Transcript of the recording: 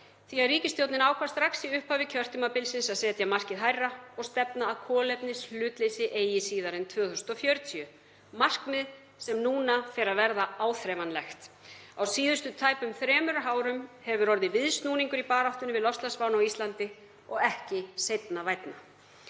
því að ríkisstjórnin ákvað strax í upphafi kjörtímabilsins að setja markið hærra og stefna að kolefnishlutleysi eigi síðar en árið 2040. Markmið sem núna fer að verða áþreifanlegt. Á síðustu tæpum þremur árum hefur orðið viðsnúningur í baráttunni við loftslagsvána á Íslandi, og ekki seinna vænna.